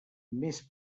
més